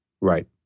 Right